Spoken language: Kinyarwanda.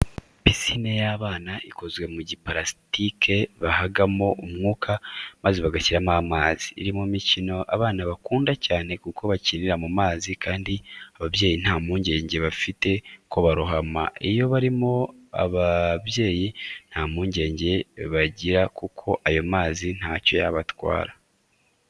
Pisine y'abana ikozwe mu giparasitike bahagamo umwuka maze bagashyiramo amazi, iri mu mikino abana bakunda cyane kuko bakinira mu mazi kandi ababyeyi nta mpungenge bafite ko barohama. Iyo barimo ababyeyi nta mpungenge bagira kuko ayo mazi ntacyo yabatwara.